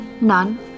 None